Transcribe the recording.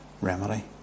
remedy